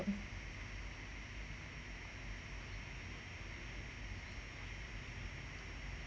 mm